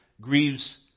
grieves